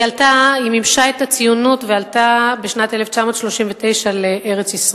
היא מימשה את הציונות ועלתה בשנת 1939 לארץ-ישראל,